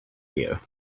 here